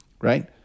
right